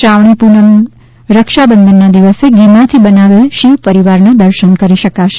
શ્રાવણી પૂનમના રક્ષાબંધનના દિવસે ઘીમાંથી બનાવેલ શિવ પરિવારના દર્શન થશે